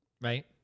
right